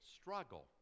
struggle